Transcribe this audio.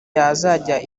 yazajya